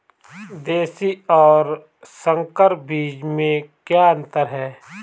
देशी और संकर बीज में क्या अंतर है?